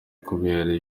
kubera